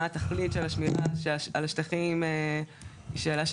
תכלית השמירה על השטחים זו שאלה של